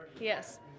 Yes